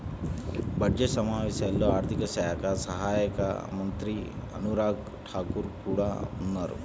budget సమావేశాల్లో ఆర్థిక శాఖ సహాయక మంత్రి అనురాగ్ ఠాకూర్ కూడా ఉన్నారు